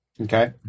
Okay